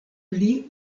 pli